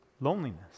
Loneliness